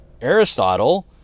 Aristotle